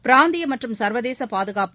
பிராந்திய மற்றும் சர்வதேச பாதுகாப்பு